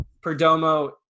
Perdomo